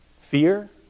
Fear